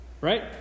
Right